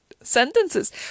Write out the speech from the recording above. sentences